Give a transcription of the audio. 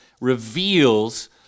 reveals